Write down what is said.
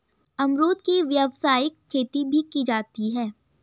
अमरुद की व्यावसायिक खेती भी की जाती है